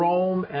Rome